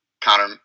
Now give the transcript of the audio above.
Connor